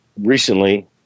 recently